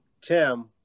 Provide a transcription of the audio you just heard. Tim